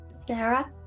Sarah